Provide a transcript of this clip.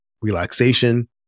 relaxation